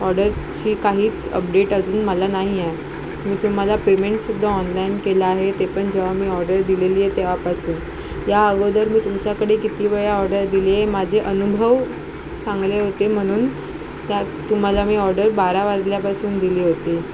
ऑर्डरची काहीच अपडेट अजून मला नाही आहे मी तुम्हाला पेमेंटसुद्धा ऑनलाईन केलं आहे ते पण जेव्हा मी ऑर्डर दिलेली आहे तेव्हापासून या अगोदर मी तुमच्याकडे किती वेळा ऑर्डर दिली आहे माझे अनुभव चांगले होते म्हणून त्या तुम्हाला मी ऑर्डर बारा वाजल्यापासून दिली होती